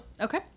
Okay